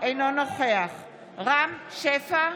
אינו נוכח רם שפע,